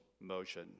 motion